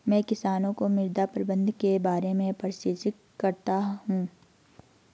मैं किसानों को मृदा प्रबंधन के बारे में प्रशिक्षित करता हूँ